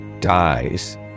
dies